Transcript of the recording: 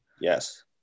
Yes